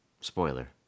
spoiler